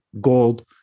gold